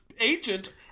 agent